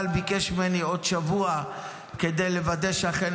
אבל הוא ביקש ממני עוד שבוע כדי לוודא שאכן